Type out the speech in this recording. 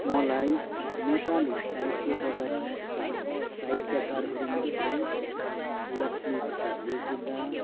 मलाई नेपाली साहित्य जगत्का साहित्यकारहरूमध्ये लक्ष्मीप्रसाद देवकोटा